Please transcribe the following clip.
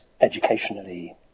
educationally